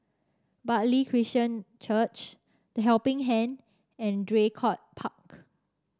Bartley Christian Church The Helping Hand and Draycott Park